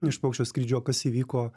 iš paukščio skrydžio kas įvyko